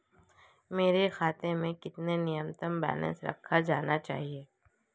मेरे खाते में कितना न्यूनतम बैलेंस रखा जाना चाहिए?